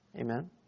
Amen